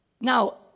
Now